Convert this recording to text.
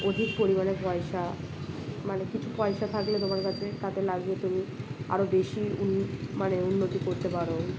অধিক পরিমাণে পয়সা মানে কিছু পয়সা থাকলে তোমার কাছে তাতে লাগিয়ে তুমি আরও বেশি মানে উন্নতি করতে পারো